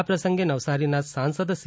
આ પ્રસંગે નવસારીના સાંસદ સી